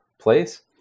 place